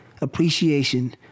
appreciation